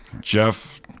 Jeff